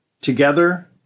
together